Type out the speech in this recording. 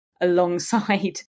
alongside